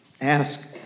Ask